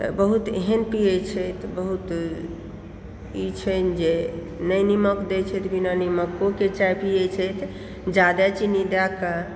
बहुत एहन पियै छथि बहुत ई छनि जे नहि नीमक दै छथि बिना नीमकोके चाय पियै छथि जादा चीनी दए कऽ